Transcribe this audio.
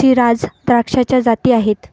Shiraz द्राक्षाच्या जाती आहेत